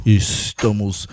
estamos